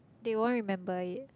they won't remember it